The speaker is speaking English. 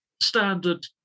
standard